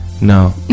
No